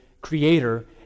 creator